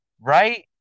Right